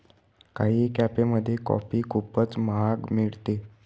काही कॅफेमध्ये कॉफी खूपच महाग मिळते